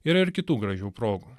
yra ir kitų gražių progų